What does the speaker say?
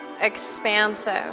expansive